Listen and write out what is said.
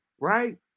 right